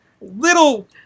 little